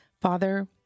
Father